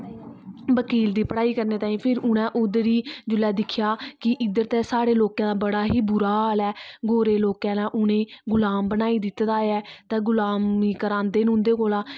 बकील दी पढाई करने तांई फिर उनें उद्धर ही जिसले दिक्खेआ कि इद्धर ते साढ़े लोकें दा बड़ा ही बूरा हाल ऐ गोरे लोकें उनेंगी गुलाम बनाई दित्ता दा ऐ गुलामी करांदे ना उंदे कोला